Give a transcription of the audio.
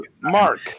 Mark